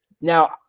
Now